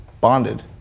bonded